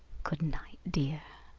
good night, dear!